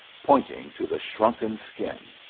pointing to the shrunken skin.